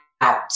out